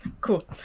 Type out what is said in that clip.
Cool